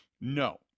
No